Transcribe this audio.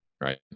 right